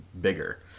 bigger